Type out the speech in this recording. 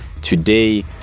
Today